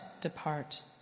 depart